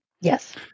Yes